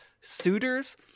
suitors